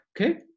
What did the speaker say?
okay